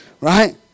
right